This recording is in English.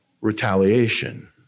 retaliation